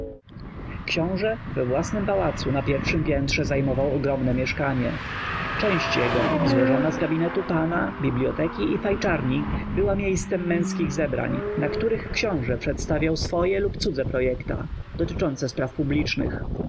książe we własnym pałacu na pierwszem piętrze zajmował ogromne mieszkanie część jego złożona z gabinetu pana biblioteki i fajczarni była miejscem męskich zebrań na których książe przedstawiał swoje lub cudze projekta dotyczące spraw publicznych